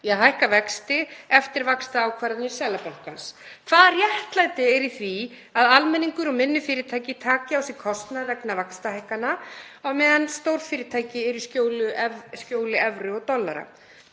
í að hækka vexti eftir vaxtaákvarðanir Seðlabankans. Hvaða réttlæti er í því að almenningur og minni fyrirtæki taki á sig kostnað vegna vaxtahækkana á meðan stórfyrirtæki eru í skjóli evru og dollara?